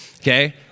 Okay